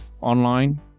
online